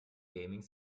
gaming